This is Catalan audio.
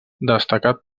destacat